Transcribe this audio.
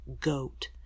GOAT